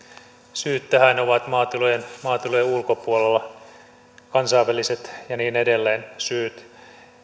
syyt tähän ovat maatilojen maatilojen ulkopuolella kansainväliset ja niin edelleen syyt